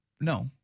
No